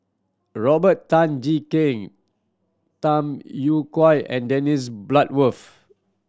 Robert Tan Jee Keng Tham Yui Kai and Dennis Bloodworth